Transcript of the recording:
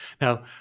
Now